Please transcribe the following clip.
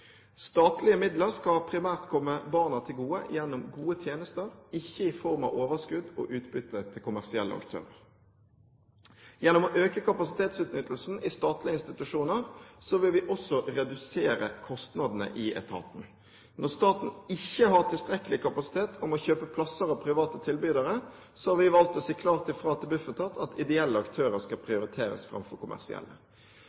Statlige midler skal primært komme barna til gode gjennom gode tjenester, ikke i form av overskudd og utbytte til kommersielle aktører. Gjennom å øke kapasitetsutnyttelsen i statlige institusjoner vil vi også redusere kostnadene i etaten. Når staten ikke har tilstrekkelig kapasitet og må kjøpe plasser av private tilbydere, har vi valgt å si klart fra til Bufetat at ideelle aktører skal